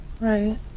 right